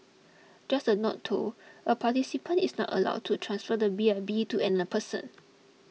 just a note though a participant is not allowed to transfer the B I B to an a person